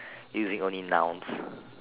using only nouns